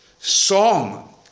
song